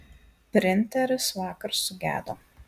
printeris vakar sugedo